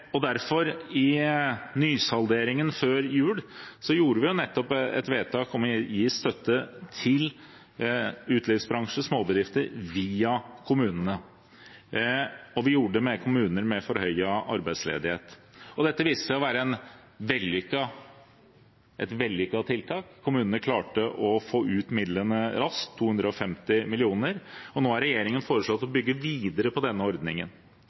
Derfor gjorde vi i nysalderingen før jul et vedtak om å gi støtte til utelivsbransjen og småbedrifter via kommunene, og vi gjorde det i kommuner med forhøyet arbeidsledighet. Dette viste seg å være et vellykket tiltak. Kommunene klarte å få ut midlene – 250 mill. kr – raskt, og nå har regjeringen foreslått å bygge videre på denne ordningen.